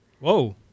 Whoa